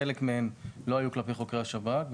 חלק מהן לא היו כלפי חוקרי השב"כ.